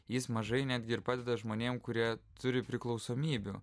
jis mažai netgi ir padeda žmonėms kurie turi priklausomybių